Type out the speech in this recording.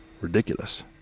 ridiculous